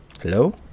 Hello